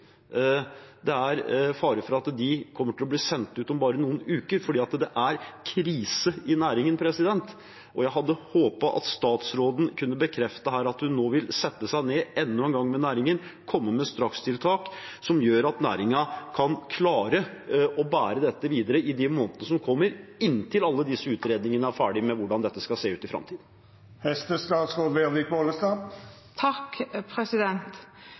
Det er fare for at de kommer til å bli sendt ut om bare noen uker, for det er krise i næringen. Jeg hadde håpet at statsråden kunne bekrefte her at hun nå vil sette seg ned med næringen enda en gang og komme med strakstiltak som gjør at næringen kan klare å bære dette videre i månedene som kommer, inntil alle disse utredningene om hvordan dette skal se ut i framtiden,